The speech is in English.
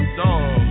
dog